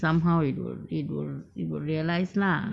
somehow it will it will it will realise lah